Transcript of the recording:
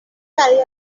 برای